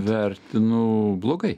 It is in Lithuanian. vertinu blogai